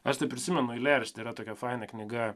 aš tai prisimenu eilėraštį yra tokia faina knyga